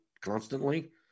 constantly